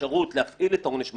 אפשרות להפעיל את עונש המוות,